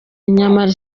nyamara